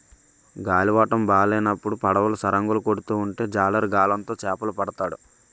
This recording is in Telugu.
గాలివాటము బాలేనప్పుడు పడవలు సరంగులు కొడుతూ ఉంటే జాలరి గాలం తో చేపలు పడతాడు